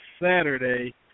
Saturday